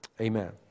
Amen